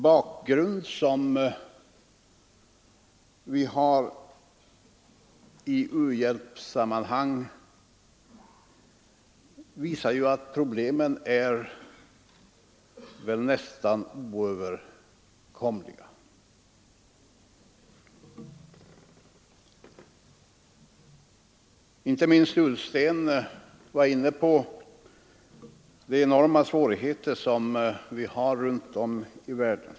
Problemen i u-hjälpssammanhang är nästan oöverstigliga. Inte minst herr Ullsten var inne på de enorma svårigheter som vi har runt om i världen.